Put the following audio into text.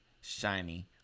shiny